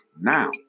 now